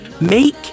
Make